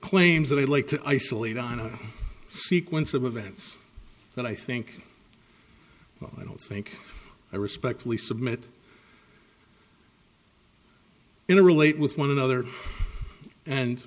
claims that i'd like to isolate on a sequence of events that i think i don't think i respectfully submit in a relate with one another and